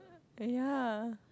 but ya